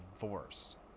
divorced